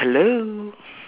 hello